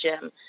gym